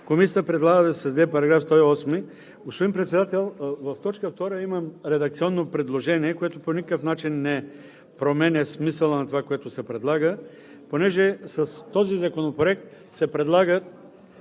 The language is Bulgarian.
Комисията предлага да се създаде § 108. Господин Председател, в т. 2 имам редакционно предложение, което по никакъв начин не променя смисъла на това, което се предлага. Понеже с този законопроект се предлага